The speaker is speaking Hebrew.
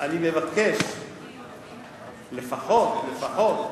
אני מבקש לפחות, לפחות,